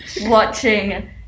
watching